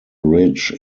ridge